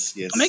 yes